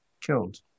killed